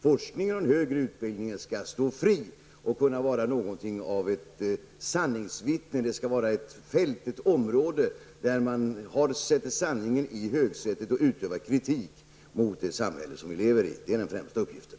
Forskningen och den högre utbildningen skall stå fria och kunna vara någonting av ett sanningsvittne, ett offentligt område där man sätter sanningen i högsätet och utövar kritik mot det samhälle vi lever i. Det är den främsta uppgiften.